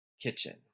kitchen